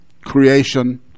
Creation